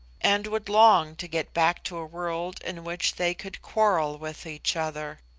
and would long to get back to a world in which they could quarrel with each other.